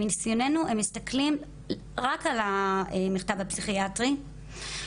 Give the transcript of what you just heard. מניסיוננו הם מסתכלים רק על המכתב הפסיכיאטרי,